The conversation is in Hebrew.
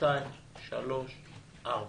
שתיים, שלוש, ארבע.